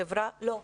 החברה, לא.